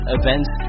events